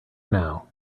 now